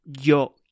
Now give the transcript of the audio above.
yo